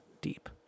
Deep